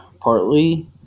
partly